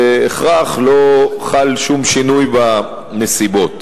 כשלא חל שום שינוי בנסיבות.